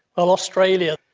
um australia,